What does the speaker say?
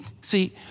See